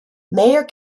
mayor